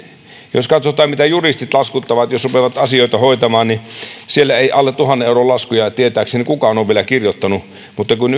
jos katsotaan mitä juristit laskuttavat jos rupeavat asioita hoitamaan niin siellä ei alle tuhannen euron laskuja tietääkseni kukaan ole vielä kirjoittanut mutta kun